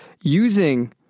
using